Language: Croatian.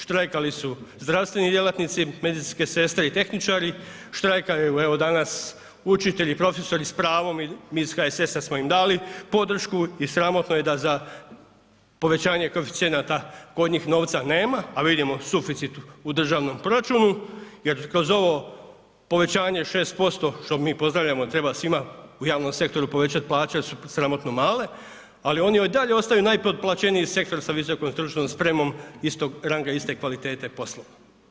Štrajkali su zdravstveni djelatnici, medicinske sestre i tehničari, štrajkaju evo danas učitelji, profesori s pravom i mi iz HSS-a smo im dali podršku i sramotno je da za povećanje koeficijenata kod njih novca nema, a vidimo suficit u državnom proračunu jer kroz ovo povećanje 6% što mi pozdravljamo treba svima u javnom sektoru povećat plaće jer su sramotno male, ali oni i dalje ostaju najpotplaćeniji sektor sa VSS-om istog ranga, iste kvalitete poslova.